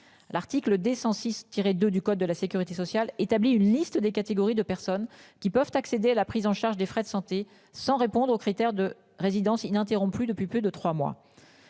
L'article 206 tiré de du code de la Sécurité sociale établi une liste des catégories de personnes qui peuvent accéder à la prise en charge des frais de santé, sans répondre aux critères de résidence ininterrompue depuis plus de trois mois.